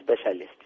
specialist